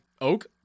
Oak